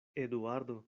eduardo